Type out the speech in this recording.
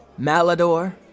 Malador